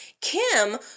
Kim